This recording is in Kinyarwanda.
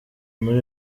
muri